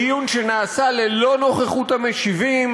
בדיון שנעשה ללא נוכחות המשיבים,